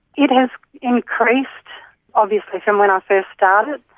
it has increased obviously from when i first started.